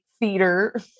theater